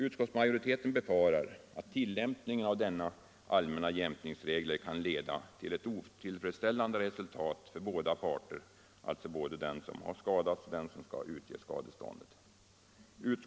Utskottsmajoriteten befarar att tillämpningen av denna allmänna jämkningsregel kan leda till ett otillfredsställande resultat för båda parter, alltså både för den skadade och för den som skall utge skadeståndet.